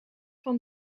van